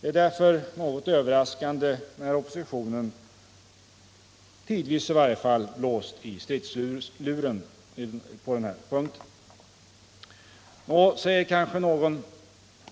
Det är därför något överraskande att oppositionen, i varje fall tidvis, blåser i stridsluren i det här sammanhanget. Nå, säger kanske någon,